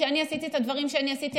וכשאני עשיתי את הדברים שאני עשיתי,